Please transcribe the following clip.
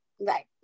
right